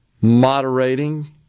moderating